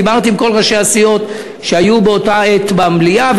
דיברתי עם כל ראשי הסיעות שהיו באותה עת במליאה,